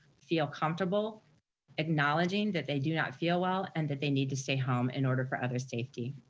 feel comfortable acknowledging that they do not feel well, and that they need to stay home in order for others safety.